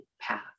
path